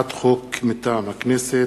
לקריאה ראשונה, מטעם הכנסת,